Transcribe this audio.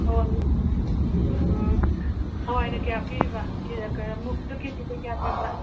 ꯍꯋꯥꯏ ꯒꯤ ꯎꯝ ꯍꯋꯥꯏꯅ ꯀꯌꯥ ꯄꯤꯔꯤꯕ ꯃꯨꯛꯇꯨ ꯀꯦꯖꯤꯗ ꯀꯌꯥ ꯄꯤꯕ